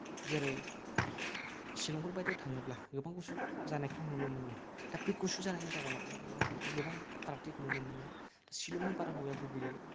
जेरै शिलंफोर बायदियाव थाङोब्ला गोबां गुसु जानायखौ नुनो मोनो दा बे गुसु जानाय जाहोनाव गोबां फारागथिखौ नुनो मोनो शिलंनि बारहावाया गुबैयै